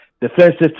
defensive